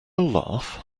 laugh